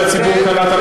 עד שהציבור קלט הכול.